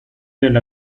del